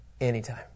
anytime